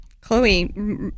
Chloe